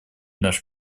наш